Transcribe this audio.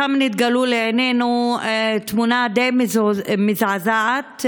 שם נתגלתה לעינינו תמונה די מזעזעת,